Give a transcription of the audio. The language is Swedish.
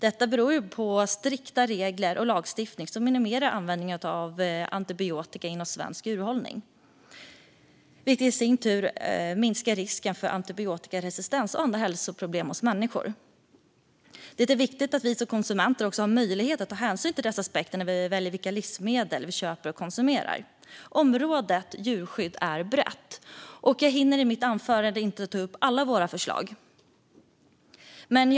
Detta beror på strikta regler och lagstiftning som minimerar användningen av antibiotika inom svensk djurhållning, vilket i sin tur minskar risken för antibiotikaresistens och andra hälsoproblem hos människor. Det är viktigt att vi som konsumenter har möjlighet att ta hänsyn till dessa aspekter när vi väljer vilka livsmedel vi köper och konsumerar. Djurskydd är ett brett område, och jag hinner inte ta upp alla våra förslag i mitt anförande.